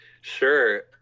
Sure